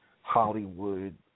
Hollywood